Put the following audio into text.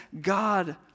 God